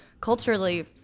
culturally